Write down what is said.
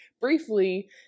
briefly